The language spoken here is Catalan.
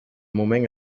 moment